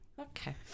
Okay